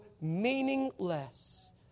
meaningless